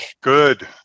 good